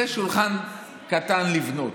זה שולחן קטן לבנות.